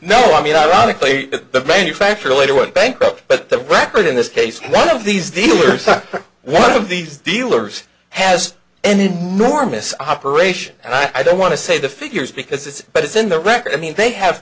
no i mean ironically the manufacturer later went bankrupt but the record in this case one of these dealers or one of these dealers has and norma's operation i don't want to say the figures because it's but it's in the record i mean they have